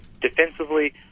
defensively